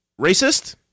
racist